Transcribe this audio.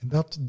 Dat